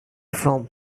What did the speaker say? from